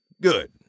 good